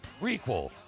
prequel